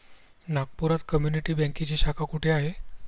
नागपुरात कम्युनिटी बँकेची शाखा कुठे आहे?